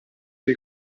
dei